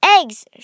Eggs